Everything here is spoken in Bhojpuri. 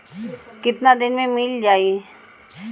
कितना दिन में मील जाई?